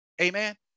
Amen